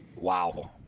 wow